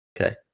Okay